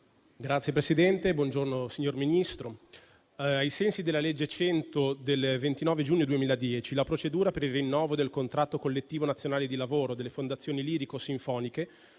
Signor Presidente, signor Ministro, ai sensi della legge n. 100 del 29 giugno 2010, la procedura per il rinnovo del contratto collettivo nazionale di lavoro delle fondazioni lirico-sinfoniche